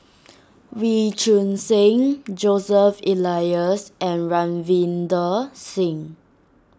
Wee Choon Seng Joseph Elias and Ravinder Singh